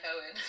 Owen